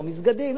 לא מסגדים,